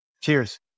Cheers